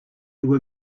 were